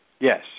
Yes